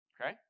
Okay